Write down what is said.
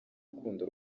urukundo